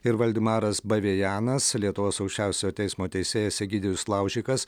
ir valdemaras bavėjenas lietuvos aukščiausiojo teismo teisėjas egidijus laužikas